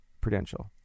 Prudential